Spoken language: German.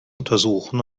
untersuchen